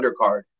undercard